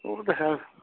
ਉਹ ਤਾਂ ਹੈ